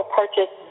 purchase